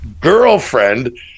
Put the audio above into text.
girlfriend